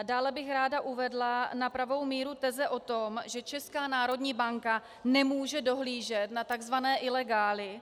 Dále bych ráda uvedla na pravou míru teze o tom, že Česká národní banka nemůže dohlížet na takzvané ilegály.